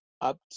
up